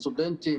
סטודנטים,